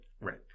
right